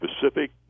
Pacific